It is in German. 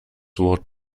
wort